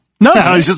No